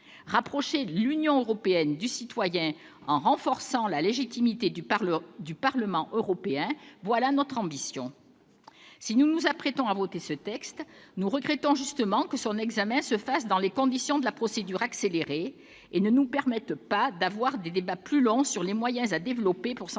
rapprocher l'Union européenne du citoyen en renforçant la légitimité du Parlement européen. Si nous nous apprêtons à voter ce texte, nous regrettons toutefois que son examen se fasse dans le cadre de la procédure accélérée, qui ne nous permet pas d'avoir des débats plus longs sur les moyens à développer pour sensibiliser